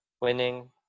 winning